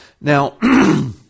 Now